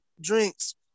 drinks